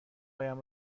هایم